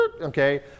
Okay